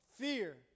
fear